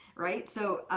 right? so